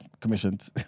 commissioned